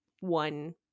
one